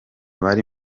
bari